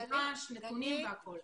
שנדרש, נתונים וכולי.